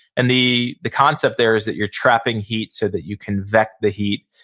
and the the concept there is that you're trapping heat so that you can vet the heat.